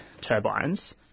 turbines